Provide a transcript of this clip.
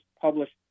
published